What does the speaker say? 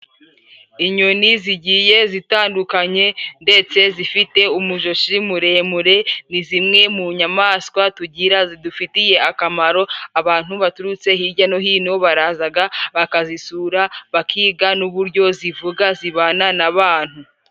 Inyoni zigiye zitandukanye ndetse zifite umujoshi muremure, ni zimwe mu nyamaswa tugira zidufitiye akamaro, abantu baturutse hirya no hino barazaga bakazisura, bakiga n'uburyo zivuga, zibana n'abantu.